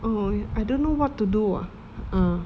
oh I don't know what to do ah ah